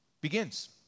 begins